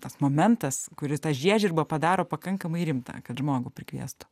tas momentas kuristą žiežirbą padaro pakankamai rimtą kad žmogų prikviestų